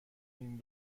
این